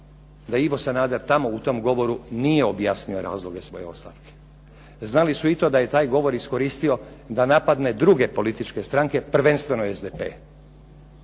da Ivo Sanader tamo u tom govoru nije objasnio razloge svoje ostavke. Znali su i to da je taj govor iskoristio da napadne druge političke stranke, prvenstveno SDP.